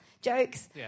jokes